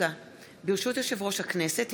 העשרים-ושתיים